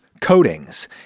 coatings